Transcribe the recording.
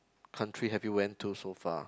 country have you went to so far